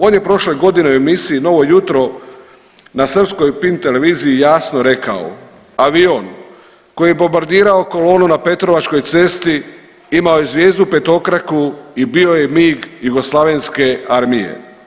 On je prošle godine u emisiji Novo jutro na srpskoj Pink televiziji jasno rekao, avion koji je bombardirao kolonu na Petrovačkoj cesti imao je zvijezdu petokraku i bio je MIG Jugoslavenske armije.